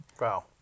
Wow